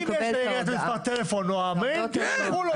אם לעירייה יש את מספר טלפון או המייל, ישלחו לו.